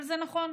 אבל זה נכון,